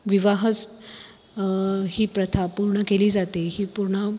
विवाहस ही प्रथा पूर्ण केली जाते ही पूर्ण